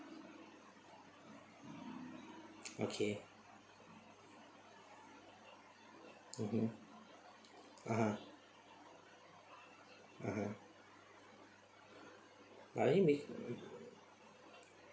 okay mmhmm (uh huh) (uh huh) but then